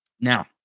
Now